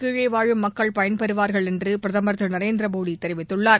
கீழே வாழும் மக்கள் பயன்பெறுவார்கள் என்று பிரதமர் திரு நரேந்திரமோடி தெரிவித்துள்ளார்